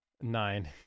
Nine